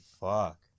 fuck